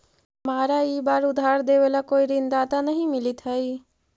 हमारा ई बार उधार देवे ला कोई ऋणदाता नहीं मिलित हाई